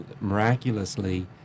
miraculously